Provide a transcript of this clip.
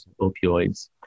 opioids